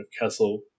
Castle